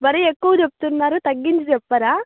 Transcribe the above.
మరీ ఎక్కువ చెప్తున్నారు తగ్గించి చెప్పరా